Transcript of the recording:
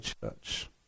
church